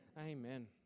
Amen